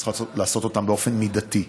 וצריכה לעשות אותן באופן מידתי.